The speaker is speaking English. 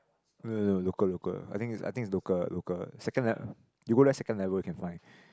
no no no local local I think is I think is local ah local ah second uh you go there second level you can find